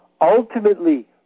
ultimately